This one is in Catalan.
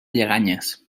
lleganyes